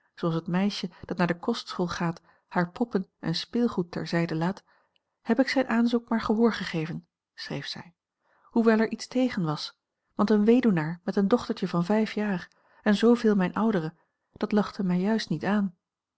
zooals het meisje dat naar de kostschool gaat hare poppen en speelgoed ter zijde laat heb ik zijn aanzoek maar gehoor gegeven schreef zij hoewel er iets tegen was want een weduwnaar met een dochtertje van vijf jaar en zooveel mijn oudere dat lachte mij juist niet aan